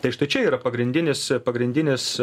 tai štai čia yra pagrindinis pagrindinis